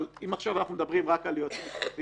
אבל אם עכשיו אנחנו מדברים רק על יועצים משפטיים,